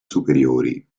superiori